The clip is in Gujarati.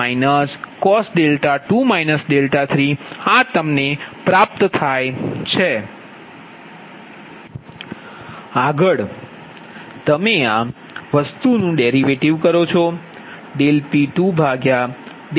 આગળ તમે આ વસ્તુનું ડેરિવેટિવ કરો છો